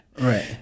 Right